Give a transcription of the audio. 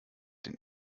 den